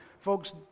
folks